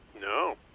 No